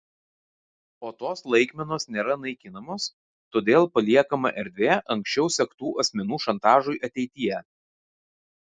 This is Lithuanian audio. o tos laikmenos nėra naikinamos todėl paliekama erdvė anksčiau sektų asmenų šantažui ateityje